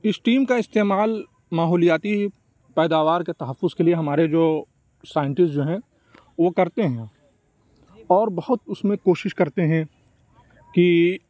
esteem کا استعمال ماحولیاتی پیداوار کے تحفظ کے لیے ہمارے جو سائنٹسٹ جو ہیں وہ کرتے ہیں اور بہت اس میں کوشش کرتے ہیں کہ